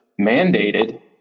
mandated